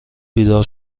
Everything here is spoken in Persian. بیدار